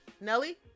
Nelly